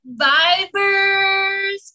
Vibers